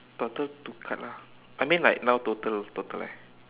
total two card lah I mean like now total total eh